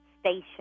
station